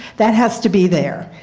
that has to be there.